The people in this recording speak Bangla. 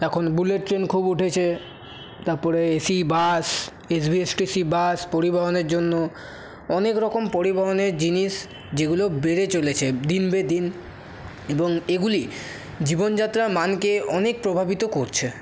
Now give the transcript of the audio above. এখন বুলেট ট্রেন খুব উঠেছে তারপরে এসি বাস এসবিএসটিসি বাস পরিবহনের জন্য অনেকরকম পরিবহনের জিনিস যেগুলো বেড়ে চলেছে দিন বে দিন এবং এগুলি জীবনযাত্রার মানকে অনেক প্রভাবিত করছে